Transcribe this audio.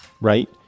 right